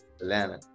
Atlanta